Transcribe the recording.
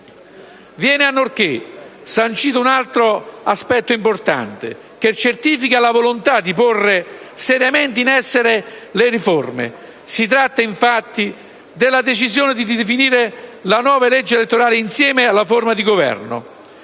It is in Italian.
Viene inoltre sancito un altro aspetto importante, che certifica la volontà di porre seriamente in essere le riforme: si tratta, infatti, della decisione di definire la nuova legge elettorale insieme alla forma di Governo.